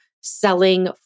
selling